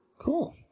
cool